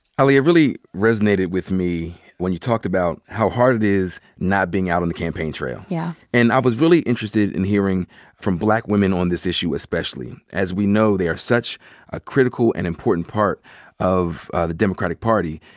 ali, it really resonated with me when you talked about how hard it is, not being out on the campaign trail. yeah. and i was really interested in hearing from black women on this issue especially. as we know, they are such a critical and important part of the democratic party,